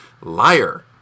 Liar